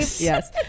Yes